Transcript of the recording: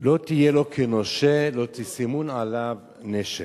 לא תהיה לו כנֹשה, לא תשימון עליו נשך".